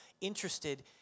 interested